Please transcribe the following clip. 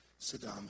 Saddam